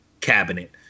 Cabinet